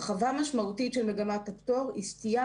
הרחבה משמעותית של מגמת הפטור היא סטייה